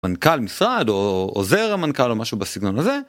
מנכ״ל משרד או עוזר המנכ״ל או משהו בסגנון הזה.